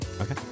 okay